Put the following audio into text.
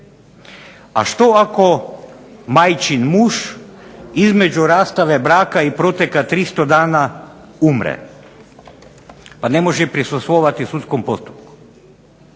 A što ako majčin muž između rastave braka i proteka 300 dana umre, pa ne može prisustvovati sudskom postupku?